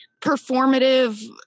performative